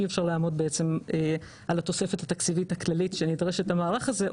אי אפשר לאמוד בעצם על התוספת התקציבית הכללית שנדרשת למערך הזה,